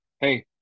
hey